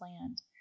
land